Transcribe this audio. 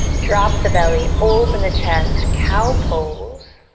drop the belly, open the chest. cow pose.